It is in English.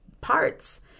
parts